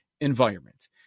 environment